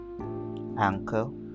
ankle